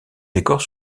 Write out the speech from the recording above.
décor